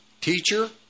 Teacher